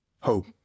hope